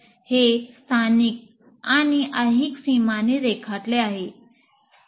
हे स्थानिक आणि ऐहिक सीमांनी रेखाटले आहे